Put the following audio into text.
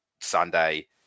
Sunday